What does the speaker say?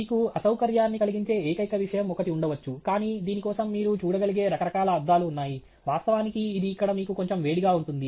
మీకు అసౌకర్యాన్ని కలిగించే ఏకైక విషయం ఒకటి ఉండవచ్చు కానీ దీని కోసం మీరు చూడగలిగే రకరకాల అద్దాలు ఉన్నాయి వాస్తవానికి ఇది ఇక్కడ మీకు కొంచెం వేడిగా ఉంటుంది